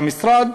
במשרד